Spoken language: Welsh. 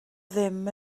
ddim